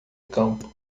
campo